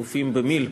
אלופים במיל',